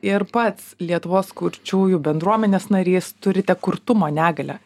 ir pats lietuvos kurčiųjų bendruomenės narys turite kurtumo negalią